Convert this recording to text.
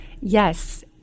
Yes